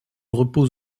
repose